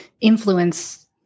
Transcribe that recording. influence